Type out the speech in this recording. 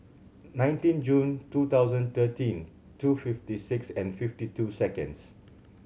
nineteen June two thousand thirteen two fifty six and fifty two seconds